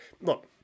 look